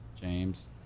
James